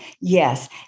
Yes